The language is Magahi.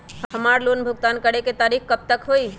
हमार लोन भुगतान करे के तारीख कब तक के हई?